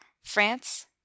France